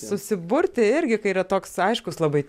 susiburti irgi kai yra toks aiškus labai